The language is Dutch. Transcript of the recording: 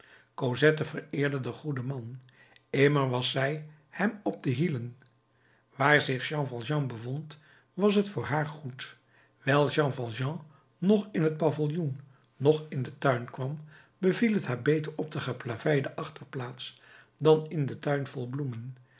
cosette vereerde den goeden man immer was zij hem op de hielen waar zich jean valjean bevond was het voor haar goed wijl jean valjean noch in het paviljoen noch in den tuin kwam beviel het haar beter op de geplaveide achterplaats dan in den tuin vol bloemen